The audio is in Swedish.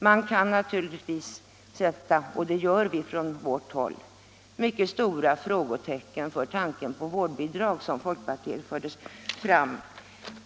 Man kan naturligtvis — och det gör vi från vårt håll — sätta mycket stora frågetecken för tanken på vårdbidrag som folkpartiet förde fram.